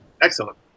Excellent